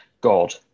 God